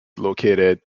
located